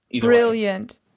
Brilliant